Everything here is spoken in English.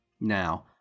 Now